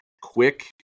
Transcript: quick